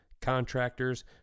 contractors